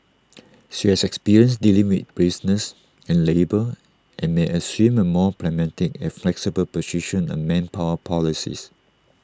she has experience dealing with business and labour and may assume A more pragmatic and flexible position on manpower policies